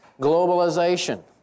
globalization